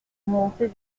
montée